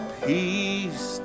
peace